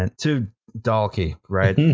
and to dalkey, right. and